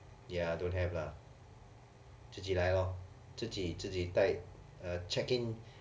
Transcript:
ya don't have lah 自己来 lor 自己自己带 check in